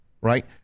Right